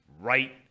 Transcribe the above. right